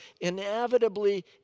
inevitably